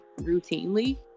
routinely